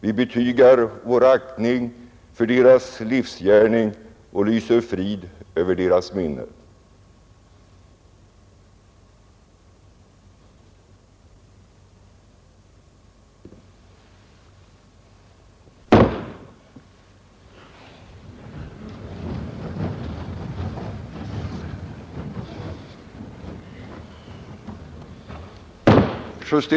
Vi betygar vår aktning för deras livsgärning och lyser frid över deras minne.